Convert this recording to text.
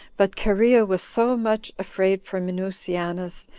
but cherea was so much afraid for minucianus,